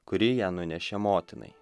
kuri ją nunešė motinai